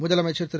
முதலமைச்சர் திரு